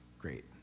Great